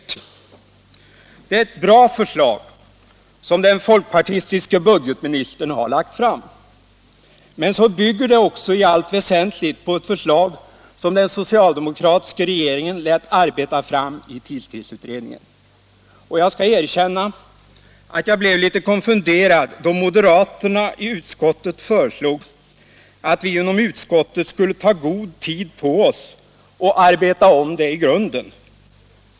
Stöd till dagspres Det är ett bra förslag som den folkpartistiske budgetministern har lagt — sen m.m. fram, men så bygger det också i allt väsentligt på ett förslag som den socialdemokratiska regeringen lät arbeta fram i tidskriftsutredningen. Jag skall erkänna att jag blev litet konfunderad då moderaterna i utskottet föreslog att vi inom utskottet skulle ta god tid på oss och arbeta om det i grunden.